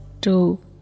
two